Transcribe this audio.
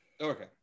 Okay